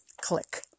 click